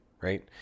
right